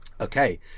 Okay